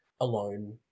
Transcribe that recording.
alone